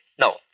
No